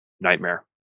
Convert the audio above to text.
nightmare